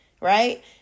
right